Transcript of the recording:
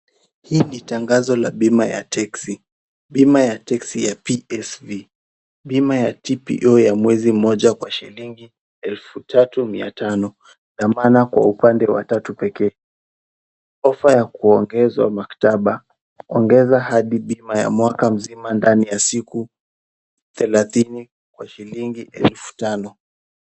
Hili ni tangazo la bima ya texi. Bima ya texi ya PSV. Bima ya TPO ya mwezi mmoja kwa shilingi elfu tatu mia tano pambana kwa upande wa tatu pekee. Offer ya kuongezwa maktaba. Ongeza hadi bima ya mwaka mzima ndani ya siku thelathini kwa shilingi elfu tano.